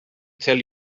tell